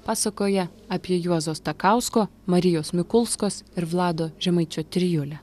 pasakoja apie juozo stakausko marijos mikulskos ir vlado žemaičio trijulę